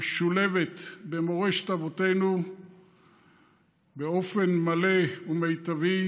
המשולבת במורשת אבותינו באופן מלא ומיטבי,